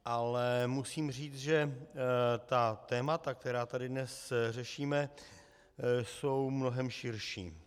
Ale musím říct, že ta témata, která tady dnes řešíme, jsou mnohem širší.